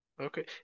okay